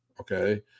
okay